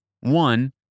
one